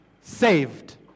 saved